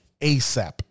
asap